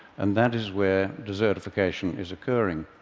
and that is where desertification is occurring.